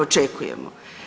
Očekujemo.